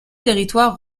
territoire